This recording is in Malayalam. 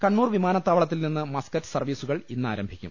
കണ്ണൂർ വിമാനത്താവളത്തിൽനിന്ന് മസ്കറ്റ് സർവീസുകൾ ഇന്ന് ആരംഭിക്കും